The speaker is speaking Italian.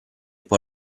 può